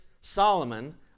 solomon